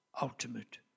ultimate